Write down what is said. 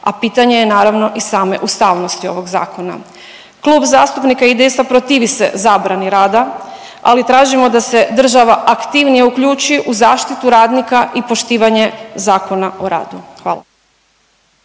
a pitanje je naravno i same ustavnosti ovog zakona. Klub zastupnika IDS-a protivi se zabrani rada, ali tražimo da se država aktivnije uključi u zaštitu radnika i poštivanje Zakona o radu, hvala.